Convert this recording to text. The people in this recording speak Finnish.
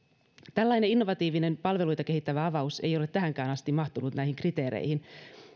tällainen innovatiivinen palveluita kehittävä avaus ei ole tähänkään asti mahtunut näihin kriteereihin